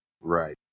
Right